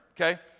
okay